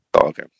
Okay